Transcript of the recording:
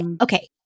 Okay